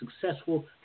successful